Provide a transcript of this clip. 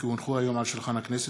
כי הונחו היום על שולחן הכנסת,